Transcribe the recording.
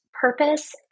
purpose